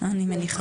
אני מניחה.